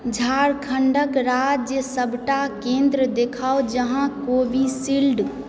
झारखण्ड राज्यक सबटा केन्द्र देखाउ जहाँ कोवीशील्ड